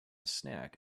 snack